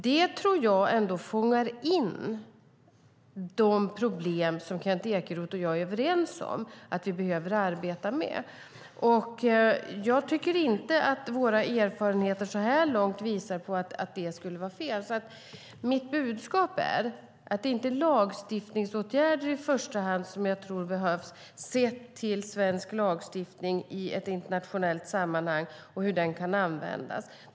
Det tror jag ändå fångar in de problem Kent Ekeroth och jag är överens om att vi behöver arbeta med. Jag tycker inte att våra erfarenheter så här långt visar på att det skulle vara fel. Mitt budskap är alltså att det inte i första hand är lagstiftningsåtgärder jag tror behövs, sett till svensk lagstiftning i ett internationellt sammanhang och hur den kan användas.